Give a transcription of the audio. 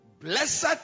Blessed